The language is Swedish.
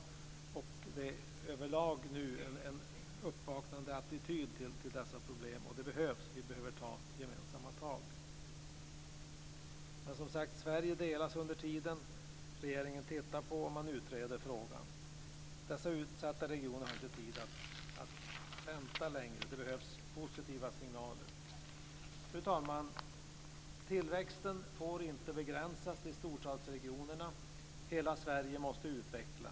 Det är nu överlag en uppvaknandeattityd till dessa problem, och vi behöver ta gemensamma tag. Men under tiden delas Sverige. Regeringen studerar och utreder frågan. De utsatta regionerna har inte längre tid att vänta. Det behövs positiva signaler. Fru talman! Tillväxten får inte begränsas till storstadsregionerna. Hela Sverige måste utvecklas.